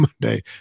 Monday